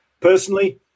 personally